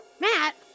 Matt